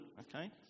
okay